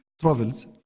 travels